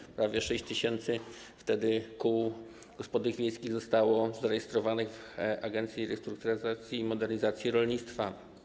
Wtedy prawie 6 tys. kół gospodyń wiejskich zostało zarejestrowanych w Agencji Restrukturyzacji i Modernizacji Rolnictwa.